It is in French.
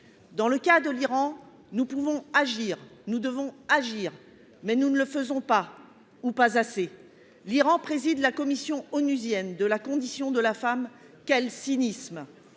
Dans le cas de l'Iran, nous pouvons et nous devons agir, mais nous ne le faisons pas ou pas assez. L'Iran préside actuellement la commission onusienne de la condition de la femme ... Quel cynisme !